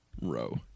row